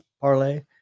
parlay